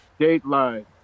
Dateline